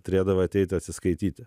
turėdavo ateiti atsiskaityti